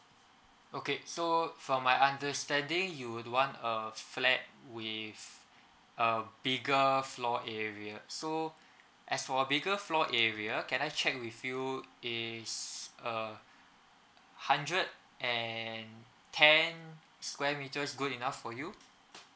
okay so from my understanding you would want a flat with a bigger floor area so as for a bigger floor area can I check with you is uh hundred and ten square metres good enough for you